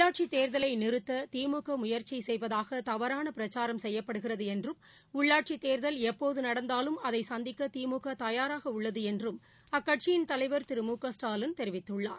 உள்ளாட்சித் தேர்தலை நிறுத்த திமுக முயற்சி செய்வதாக தவறான பிரச்சாரம் செய்யப்படுகிறது என்றும் உள்ளாட்சித் தேர்தல் எப்போது நடந்தாலும் அதை சந்திக்க திமுக தயாராக உள்ளது என்றும் அக்கட்சியின் தலைவர் திரு மு க ஸ்டாலின் தெரிவித்துள்ளார்